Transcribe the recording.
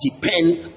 depends